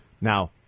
Now